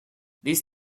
these